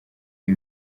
ibi